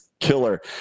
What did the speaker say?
killer